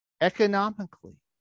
economically